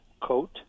coat